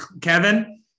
Kevin